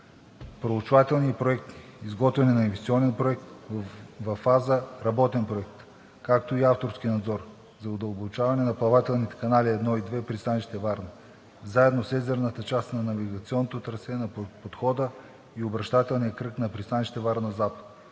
Проучвателни проекти, изготвяне на инвестиционен проект във фаза „Работен проект“, както и авторски надзор за удълбочаване на плавателните канали едно и две, пристанище „Варна“, заедно с езерната част на навигационното трасе, на подхода и обръщателния кръг на пристанище „Варна – запад“,